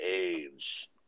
age